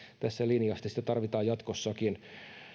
tässä linjasitte sitä tarvitaan jatkossakin